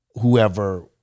whoever